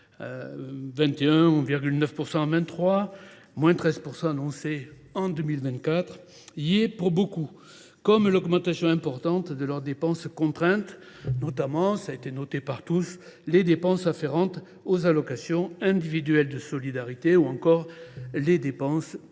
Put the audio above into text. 21,9 % en 2023 et 13 % annoncés en 2024 – y est pour beaucoup, comme l’augmentation importante de leurs dépenses contraintes, notamment les dépenses afférentes aux allocations individuelles de solidarité, ou encore les dépenses de l’aide